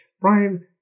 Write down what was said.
Brian